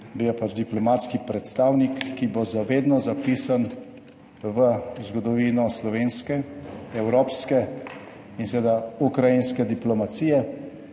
bil je pač diplomatski predstavnik, ki bo za vedno zapisan v zgodovino slovenske, evropske in seveda ukrajinske diplomacije,